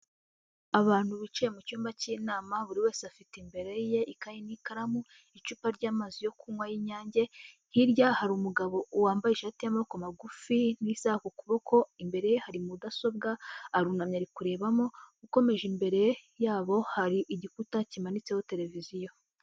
Abantu bicaye mu cyumba cy'inama, buri wese afite imbere ye ikayi n'ikaramu, icupa ry'amazi yo kunywa y'Inyange, hirya hari umugabo wambaye ishati y'amaboko magufi n'isaha ku kuboko, imbere ye hari mudasobwa, arunamye, ari kurebamo, ukomeje imbere yabo hari igikuta kimanitseho televiziyo.